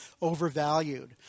overvalued